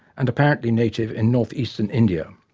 and apparently native in north-eastern india.